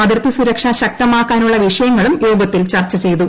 അതിർത്തി സുരക്ഷ ശക്തമാക്കാനുള്ള വിഷയങ്ങളും യോഗത്തിൽ ചർച്ച ചെയ്തു